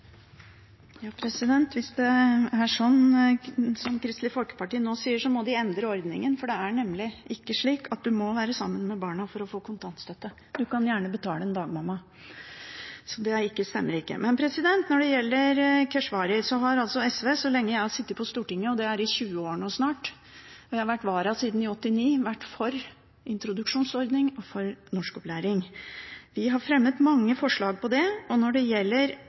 Hvis det er slik som Kristelig Folkeparti nå sier, må de endre ordningen, for det er nemlig ikke slik at man må være sammen med barna for å få kontantstøtte. Man kan gjerne betale en dagmamma – så det stemmer ikke. Når det gjelder representanten Keshvari, har SV så lenge jeg har sittet på Stortinget – og det er i snart 20 år, og jeg har vært vara siden 1989 – vært for introduksjonsordning og for norskopplæring. Vi har fremmet mange forslag om det, særlig når det gjelder